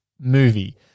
movie